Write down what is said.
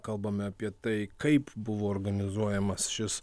kalbame apie tai kaip buvo organizuojamas šis